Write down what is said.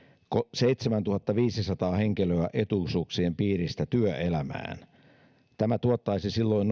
seitsemäntuhattaviisisataa henkilöä etuisuuksien piiristä työelämään tämä tuottaisi silloin